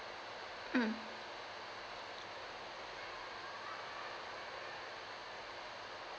mm